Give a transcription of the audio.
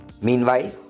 Meanwhile